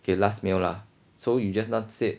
okay last meal lah so you just now said